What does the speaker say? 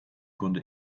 grunde